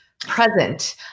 present